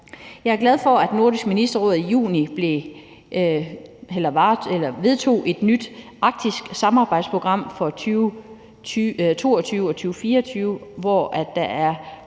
Jeg er glad for, at Nordisk Ministerråd i juni vedtog et nyt Arktisk Samarbejdsprogram for perioden 2022-2024, der har